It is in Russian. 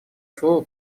слово